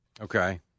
okay